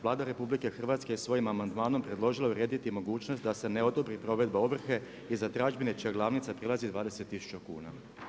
Vlada RH je svojim amandmanom predložila urediti mogućnost da se ne odobri provedba ovrhe i za tražbine čija glavnica prelazi 20 tisuća kuna.